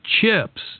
chips